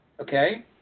okay